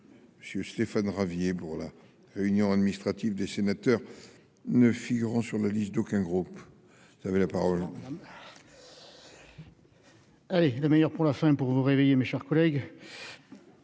Monsieur Stéphane Ravier pour la réunion administrative des sénateurs ne figurant sur la liste d'aucun groupe, vous avez la parole. Oui, le meilleur pour la fin pour vous réveiller mes chers collègues.